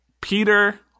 peter